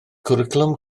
cwricwlwm